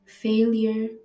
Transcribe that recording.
Failure